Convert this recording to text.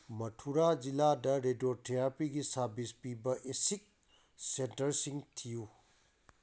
ꯃꯊꯨꯔꯥ ꯖꯤꯂꯥꯗ ꯔꯦꯗꯤꯌꯣꯊꯦꯔꯥꯄꯤꯒꯤ ꯁꯥꯔꯚꯤꯁ ꯄꯤꯕ ꯑꯦꯁꯤꯛ ꯁꯦꯟꯇꯔꯁꯤꯡ ꯊꯤꯌꯨ